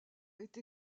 été